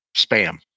spam